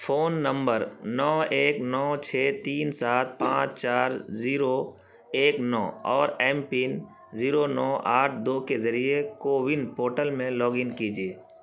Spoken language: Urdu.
فون نمبر نو ایک نو چھ تین سات پانچ چار زیرو ایک نو اور ایم پن زیرو نو آٹھ دو کے ذریعے کوون پورٹل میں لاگن کیجیے